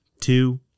two